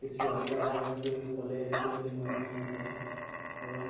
କିଛି ଅଲଗା ଜାଗାକୁ ପଳେଇ ଆସିଛି ବୋଲି ମନେ ହୋଇଥାଏ ଏବଂ